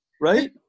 Right